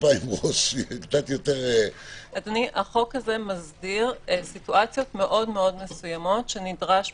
לחשוב- - החוק הזה מסדיר מצבים מאוד מסוימים שנדרש,